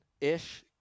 Ish